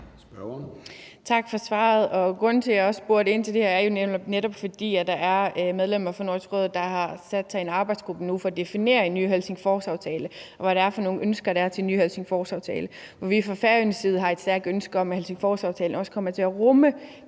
Tak for svaret. Grunden til, at jeg spurgte ind til det, er jo netop, at der jo er medlemmer af Nordisk Råd, der har sat sig i en arbejdsgruppe nu for at definere en ny Helsingforsaftale, og hvad det er for nogle ønsker, der er til en ny Helsingforsaftale. Fra Færøernes side har vi et stærkt ønske om, at Helsingforsaftalen også kommer til at rumme